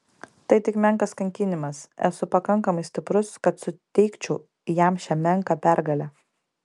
tai tik menkas kankinimas esu pakankamai stiprus kad suteikčiau jam šią menką pergalę